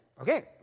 okay